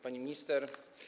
Pani Minister!